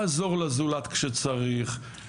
לעזור לזולת כשצריך,